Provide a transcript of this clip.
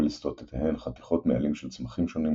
בלסתותיהן חתיכות מעלים של צמחים שונים,